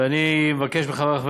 ואני מבקש מחברי חברי